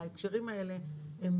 ההקשרים האלה הם